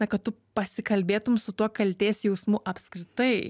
na kad tu pasikalbėtum su tuo kaltės jausmu apskritai